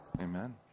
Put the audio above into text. Amen